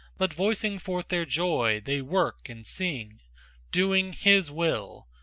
but voicing forth their joy they work and sing doing his will,